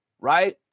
right